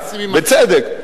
בצדק.